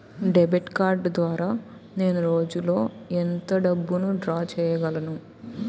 Debit card ద్వారా నేను రోజు లో ఎంత డబ్బును డ్రా చేయగలను?